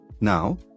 now